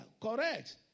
correct